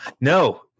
No